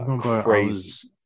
crazy